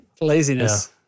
Laziness